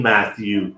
Matthew